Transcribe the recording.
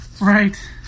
right